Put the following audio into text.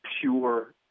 pure